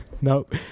Nope